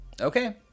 Okay